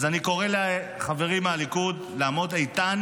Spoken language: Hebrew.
אז אני קורא לחברים מהליכוד לעמוד איתן